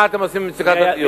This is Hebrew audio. מה אתם עושים עם מצוקת הדיור?